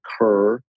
occur